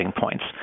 points